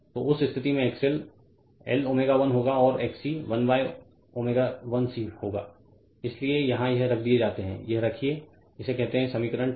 तो उस स्थिति में XL L ω 1 होगा और XC 1ω 1 C होगा इसलिए यहां यह रख दिए जाते हैं यह रखिये इसे कहते हैं समीकरण 3